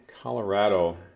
Colorado